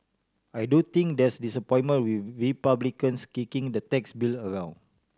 I do think there's disappointment with Republicans kicking the tax bill around